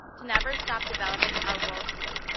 to never stop developing our worldview,